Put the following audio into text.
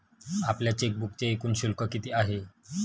आपल्या चेकबुकचे एकूण शुल्क किती आहे?